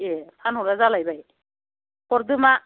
ए फानहरा जालायबाय हरदो मा